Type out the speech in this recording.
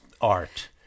art